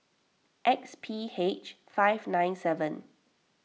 X P H five nine seven